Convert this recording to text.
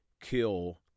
kill